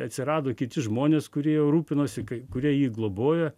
atsirado kiti žmonės kurie juo rūpinosi kai kurie jį globoja